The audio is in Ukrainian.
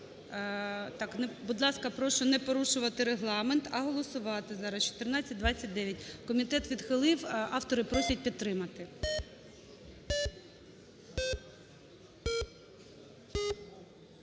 Будь ласка, прошу не порушувати Регламент, а голосувати зараз 1429. Комітет відхилив, автори просять підтримати.